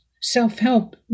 self-help